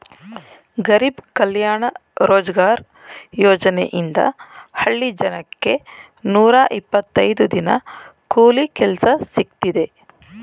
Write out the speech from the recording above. ಗರಿಬ್ ಕಲ್ಯಾಣ ರೋಜ್ಗಾರ್ ಯೋಜನೆಯಿಂದ ಹಳ್ಳಿ ಜನಕ್ಕೆ ನೂರ ಇಪ್ಪತ್ತೈದು ದಿನ ಕೂಲಿ ಕೆಲ್ಸ ಸಿಕ್ತಿದೆ